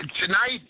tonight